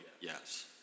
yes